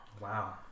Wow